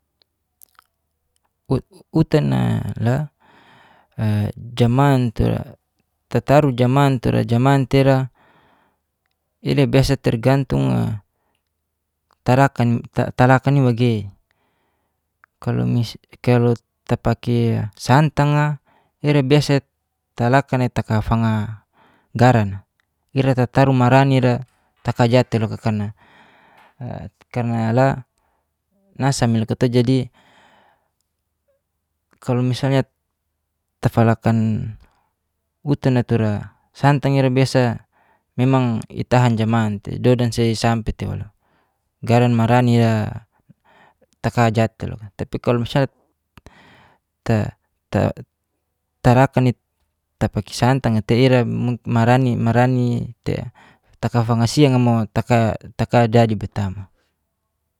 utana la jaman tura tataru jaman tura jaman tai ira, ira biasa tergantung'a talakanai magei kalu tapake santag'a ira biasa talakanai takana fanga garan'a, ira tataru mara nai ira kataja tei loka karna la. Jadi, kalu misalnya tafalakan utanatura santang ira biasa memang i'tahan jaman tei dodansa sampe tewa loka, garan marania kataja tei loka tapi kalu misalnya tarakani tapake santang tei ira marani tei taka fangasianga mo taka jadi betama.